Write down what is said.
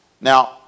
Now